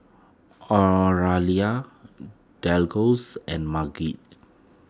Oralia and Madge